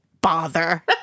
bother